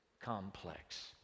complex